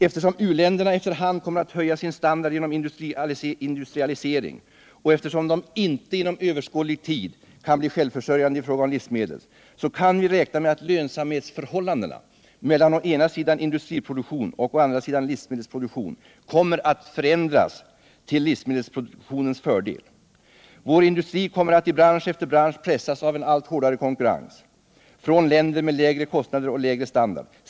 Eftersom u-länderna efter hand kommer att höja sin standard genom industrialisering och eftersom de inte inom överskådlig tid kan bli självförsörjande i fråga om livsmedel, kan vi räkna med att lönsamhetsförhållandena mellan å ena sidan industriproduktion och å andra sidan livsmedelsproduktion kommer att förändras till livsmedelsproduktionens fördel. Vår industri kommer att i bransch efter bransch pressas av allt hårdare konkurrens från länder med lägre kostnader och lägre standard.